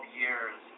years